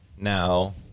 Now